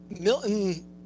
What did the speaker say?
milton